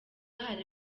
hari